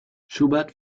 schubert